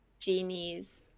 genies